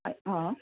आ